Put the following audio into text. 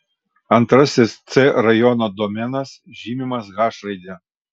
antrasis c rajono domenas žymimas h raide